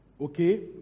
okay